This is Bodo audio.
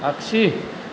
आगसि